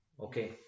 Okay